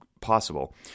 possible